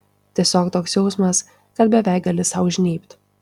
tiesiog toks jausmas kad beveik gali sau žnybt